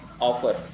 offer